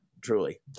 truly